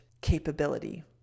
capability